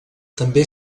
també